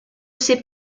sais